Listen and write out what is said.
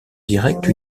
directe